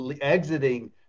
exiting